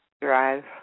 Drive